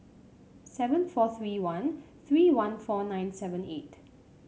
seven four three one three one four nine seven eight